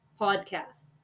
podcast